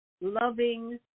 loving